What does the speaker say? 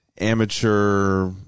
amateur